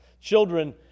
Children